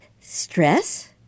stress